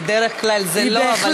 בדרך כלל זה לא, אבל כאן זה כן.